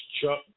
Chuck